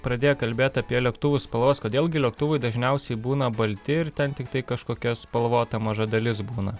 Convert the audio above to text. pradėję kalbėt apie lėktuvų spalvas kodėl gi lėktuvai dažniausiai būna balti ir ten tiktai kažkokia spalvota maža dalis būna